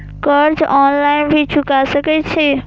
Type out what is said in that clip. कर्जा ऑनलाइन भी चुका सके छी?